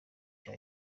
cya